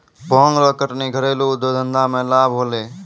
भांग रो कटनी घरेलू उद्यौग धंधा मे लाभ होलै